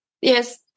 yes